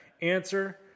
answer